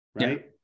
right